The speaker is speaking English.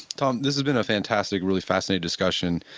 tom. this has been a fantastic, really fascinating discussion.